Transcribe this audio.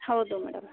ಹೌದು ಮೇಡಂ